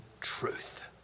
truth